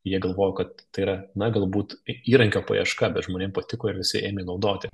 jie galvojo kad tai yra na galbūt įrankio paieška bet žmonėm patiko ir visi ėmė naudoti